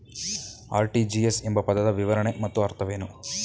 RTGS ಎಂಬ ಪದದ ವಿವರಣೆ ಮತ್ತು ಅರ್ಥವೇನು?